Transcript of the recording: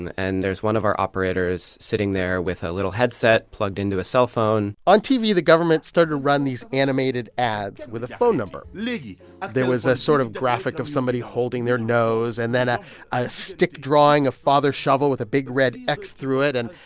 and and there's one of our operators sitting there with a little headset plugged into a cellphone on tv, the government started to run these animated ads with a phone number. like there was a sort of graphic of somebody holding their nose and then a a stick drawing of father shovel with a big red x through it and,